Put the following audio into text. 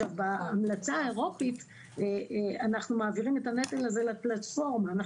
בהמלצה האירופאית אנחנו מעבירים את הנטל הזה לפלטפורמה,